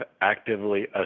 actively